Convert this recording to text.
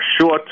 short